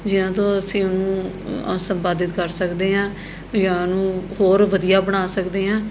ਜਿਨ੍ਹਾਂ ਤੋਂ ਅਸੀਂ ਉਹਨੂੰ ਸੰਪਾਦਿਤ ਕਰ ਸਕਦੇ ਹਾਂ ਜਾਂ ਉਹਨੂੰ ਹੋਰ ਵਧੀਆ ਬਣਾ ਸਕਦੇ ਹਾਂ